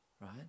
Right